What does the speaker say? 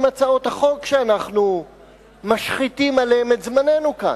הצעות החוק שאנחנו משחיתים עליהן את זמננו כאן.